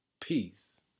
peace